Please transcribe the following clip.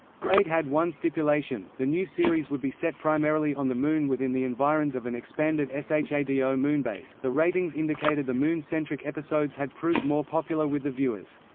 grade had one stipulation the new series would be set primarily on the moon within the environs of an expanded ah shado moonbase the ratings indicated the moon-centric episodes had proved more popular with the viewers.